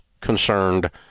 concerned